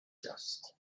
dust